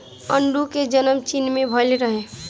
आडू के जनम चीन में भइल रहे